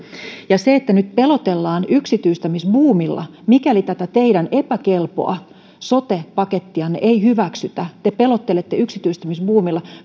ja nyt pelotellaan yksityistämisbuumilla mikäli tätä teidän epäkelpoa sote pakettianne ei hyväksytä te pelottelette yksityistämisbuumilla